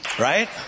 Right